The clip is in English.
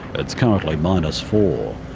it's currently minus four.